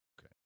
Okay